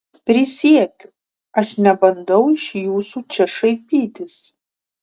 prisiekiu aš nebandau iš jūsų čia šaipytis